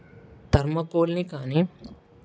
థర్మాకోల్ని కానీ